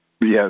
Yes